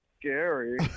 scary